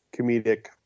comedic